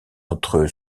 entre